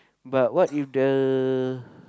but what if the